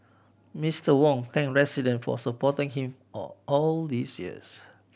Mister Wong thanked resident for supporting him all all these years